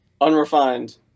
Unrefined